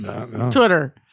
Twitter